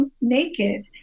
naked